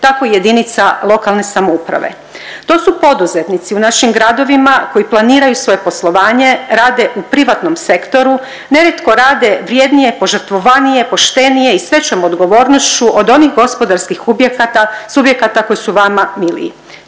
tako i jedinica lokalne samouprave. To su poduzetnici u našim gradovima koji planiraju svoje poslovanje, rade u privatnom sektoru, nerijetko rade vrijednije, požrtvovanije, poštenije i s većom odgovornošću od onih gospodarskih subjekata koji su vama miliji.